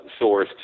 sourced